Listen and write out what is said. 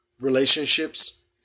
relationships